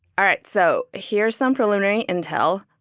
all right. so here's some preliminary intel.